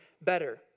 better